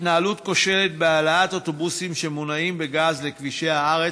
התנהלות כושלת בהעלאת אוטובוסים שמונעים בגז לכבישי הארץ.